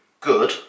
good